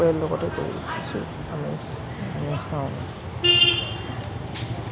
পৰিয়ালৰ লগতে কৰোঁ কিছু আমেজ আমেজ পাওঁ